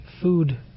food